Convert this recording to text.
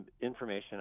information